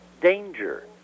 danger